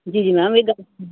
जी जी मैम एह् तां